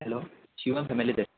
hello Shiv family